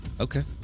Okay